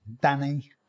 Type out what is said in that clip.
Danny